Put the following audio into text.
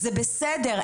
זה בסדר,